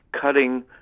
cutting